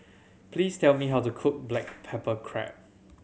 please tell me how to cook black pepper crab